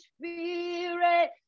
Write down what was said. Spirit